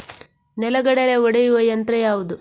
ನೆಲಗಡಲೆ ಒಡೆಯುವ ಯಂತ್ರ ಯಾವುದು?